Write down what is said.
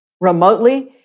remotely